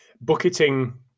bucketing